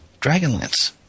Dragonlance